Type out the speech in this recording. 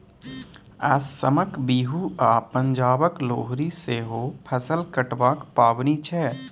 असमक बिहू आ पंजाबक लोहरी सेहो फसल कटबाक पाबनि छै